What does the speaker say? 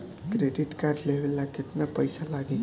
Credit card लेवे ला केतना पइसा लागी?